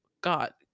God